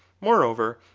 moreover,